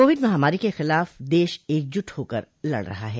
Covid महामारी के ख़िलाफ़ देश एकजुट होकर लड़ रहा है